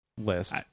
list